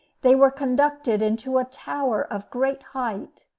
they were conducted into a tower of great height.